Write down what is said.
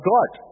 God